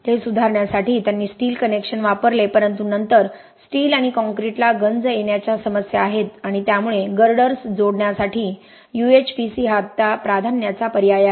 ते सुधारण्यासाठी त्यांनी स्टील कनेक्शन वापरले परंतु नंतर स्टील आणि काँक्रीटला गंज येण्याच्या समस्या आहेत आणि त्यामुळे गर्डर्स जोडण्यासाठी UHPC हा आता प्राधान्याचा पर्याय आहे